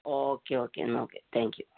okay okay എന്നാല് okay thank you